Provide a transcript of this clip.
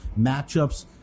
matchups